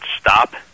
stop